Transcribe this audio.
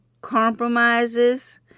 compromises